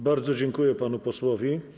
Bardzo dziękuję panu posłowi.